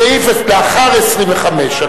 לסעיף 25(2)